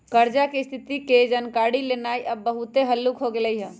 कर्जा की स्थिति के जानकारी लेनाइ अब बहुते हल्लूक हो गेल हइ